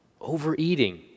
overeating